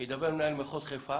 שידבר עם מנהל מחוז חיפה